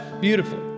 beautifully